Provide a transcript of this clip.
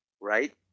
right